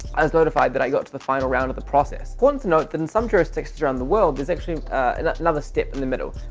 i was notified that i got to the final round of the process. one to note that in some jurisdictions around the world, there's actually and another step in the middle.